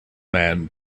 man